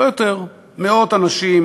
לא יותר, מאות אנשים